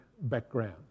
background